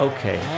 Okay